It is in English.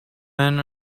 men